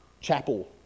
chapel